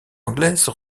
anglaise